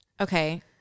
Okay